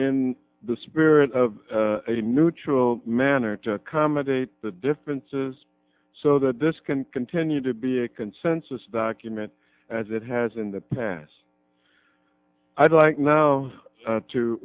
in the spirit of a neutral manner comedy the differences so that this can continue to be a consensus document as it has in the past i'd like no